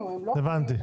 קריטי.